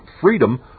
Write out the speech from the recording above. freedom